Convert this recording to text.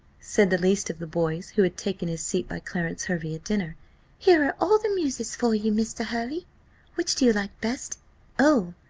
said the least of the boys, who had taken his seat by clarence hervey at dinner here are all the muses for you, mr. hervey which do you like best oh,